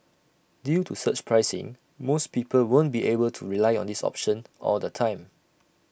due to surge pricing most people won't be able to rely on this option all the time